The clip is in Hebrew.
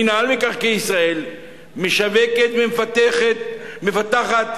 מינהל מקרקעי ישראל משווק ומפתח את